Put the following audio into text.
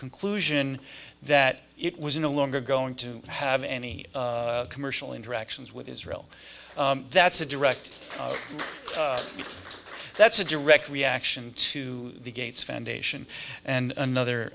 conclusion that it was no longer going to have any commercial interactions with israel that's a direct that's a direct reaction to the gates foundation and another